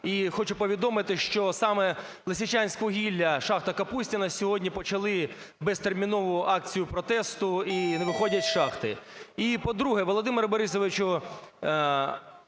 І хочу повідомити, що саме "Лисичанськвугілля", "Шахта ім. Г.Г. Капустіна" сьогодні почали безтермінову акцію протесту і не виходять із шахти. І по-друге, Володимире Борисовичу,